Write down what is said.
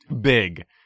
big